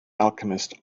alchemist